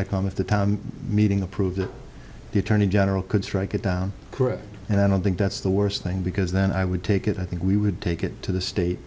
economic the meeting approved the attorney general could strike it down correctly and i don't think that's the worst thing because then i would take it i think we would take it to the state